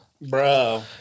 bro